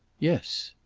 yes.